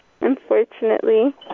unfortunately